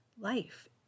life